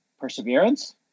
Perseverance